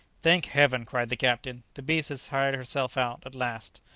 thank heaven! cried the captain the beast has tired herself out at last.